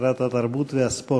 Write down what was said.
שרת התרבות והספורט,